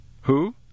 Who